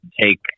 take